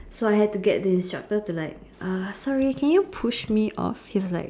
so I had to get the instructor to like uh sorry can you push me off he was like